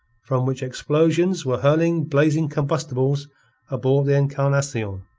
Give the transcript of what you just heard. from which explosions were hurling blazing combustibles aboard the encarnacion,